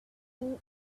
need